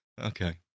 Okay